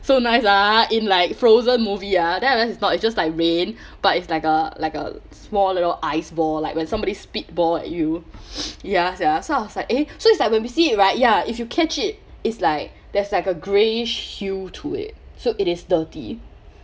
so nice ah in like frozen movie ah then it's not it's just like rain but it's like a like a small little ice ball like when somebody spit ball at you ya sia so I was like eh so it's like when we see it right ya if you catch it it's like there's like a greyish hue to it so it is dirty